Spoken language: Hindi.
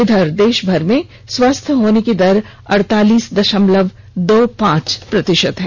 इधर देषभर में स्वस्थ होने की दर अड़तालीस दषमलव दो पांच प्रतिषत है